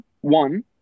one